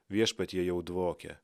viešpatie jau dvokia